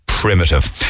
Primitive